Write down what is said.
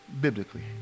biblically